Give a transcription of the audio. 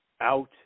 out